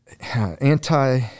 anti